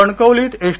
कणकवलीत एस